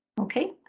Okay